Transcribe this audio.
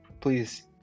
please